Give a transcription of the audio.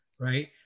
right